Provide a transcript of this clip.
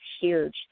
huge